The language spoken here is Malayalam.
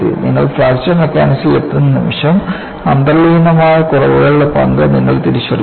നിങ്ങൾ ഫ്രാക്ചർ മെക്കാനിക്സിൽ എത്തുന്ന നിമിഷം അന്തർലീനമായ കുറവുകളുടെ പങ്ക് നിങ്ങൾ തിരിച്ചറിയുന്നു